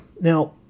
Now